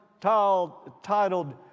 titled